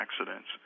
accidents